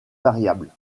variable